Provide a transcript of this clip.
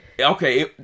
okay